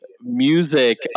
music